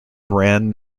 brand